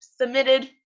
submitted